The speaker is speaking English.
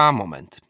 moment